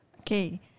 Okay